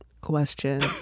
question